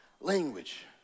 language